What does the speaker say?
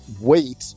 wait